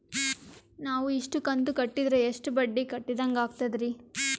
ನಾವು ಇಷ್ಟು ಕಂತು ಕಟ್ಟೀದ್ರ ಎಷ್ಟು ಬಡ್ಡೀ ಕಟ್ಟಿದಂಗಾಗ್ತದ್ರೀ?